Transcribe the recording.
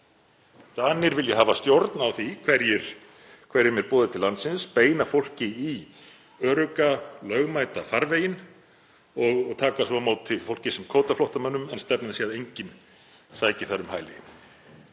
hæli. Danir vilja hafa stjórn á því hverjum er boðið til landsins, beina fólki í örugga lögmæta farveginn og taka svo á móti fólki sem kvótaflóttamönnum en stefnan sé að enginn sæki um hæli.